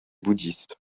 bouddhistes